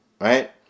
right